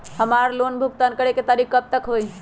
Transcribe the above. हमार लोन भुगतान करे के तारीख कब तक के हई?